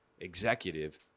executive